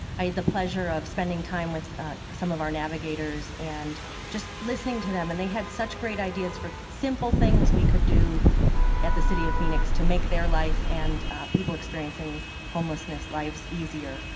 i had the pleasure of spending time with some of our navigators and just listening to them. and they had such great ideas for simple things we could do at the city of phoenix to make their life and people experiencing homelessness lives easier.